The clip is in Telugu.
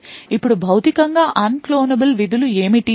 ఇప్పుడు భౌతికంగా అన్క్లోనబుల్ విధులు ఏమిటి